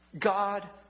God